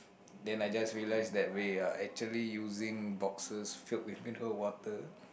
then I just realise that we are actually using boxes filled with mineral water